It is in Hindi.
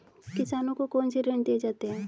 किसानों को कौन से ऋण दिए जाते हैं?